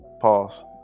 pause